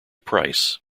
price